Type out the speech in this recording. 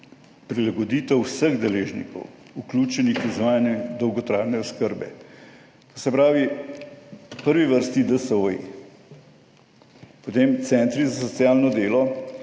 prilagoditev vseh deležnikov, vključenih v izvajanje dolgotrajne oskrbe. To se pravi, v prvi vrsti DSO, potem centri za socialno delo,